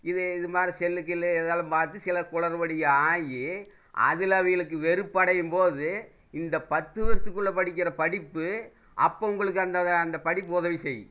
இது இது மாதிரி செல்லு கில்லு இதெல்லாம் பார்த்து சில குளறுபடி ஆகி அதில் அவிங்களுக்கு வெறுப்படையும்போது இந்த பத்து வருஷத்துக்குள்ளே படிக்கிற படிப்பு அப்போது உங்களுக்கு அந்த அந்த படிப்பு உதவி செய்யும்